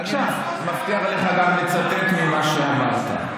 אני מבטיח לך גם לצטט ממה שאמרת.